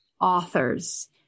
Authors